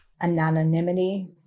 anonymity